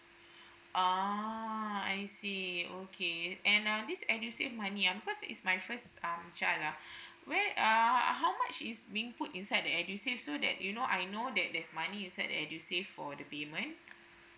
oh I see okay and uh this edusave money ah because is my first uh child ah where uh how much is being put inside the edusave so that you know I know that there's money inside the edusave for the payment